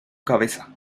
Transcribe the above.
cabeza